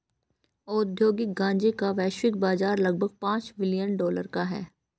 औद्योगिक गांजे का वैश्विक बाजार लगभग पांच बिलियन डॉलर का है